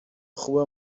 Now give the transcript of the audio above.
خوبه